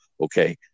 okay